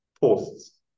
posts